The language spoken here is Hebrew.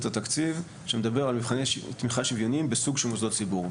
התקציב שמדבר על מבחני תמיכה שוויוניים בסוג של מוסדות ציבור.